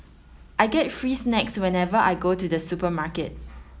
I get free snacks whenever I go to the supermarket